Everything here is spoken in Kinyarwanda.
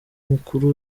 mukuru